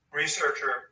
researcher